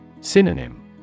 Synonym